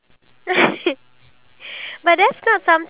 it's just the mario kart thing